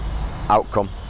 outcome